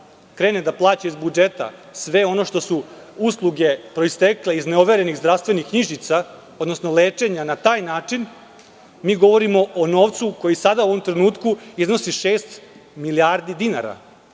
krene da plaća iz budžeta sve ono što su usluge proistekle iz neoverenih zdravstvenih knjižica, odnosno lečenja na taj način, mi govorimo o novcu koji sada u ovom trenutku iznosi šest milijardi dinara,